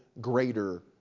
greater